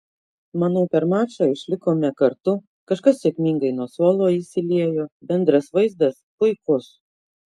manau per mačą išlikome kartu kažkas sėkmingai nuo suolo įsiliejo bendras vaizdas puikus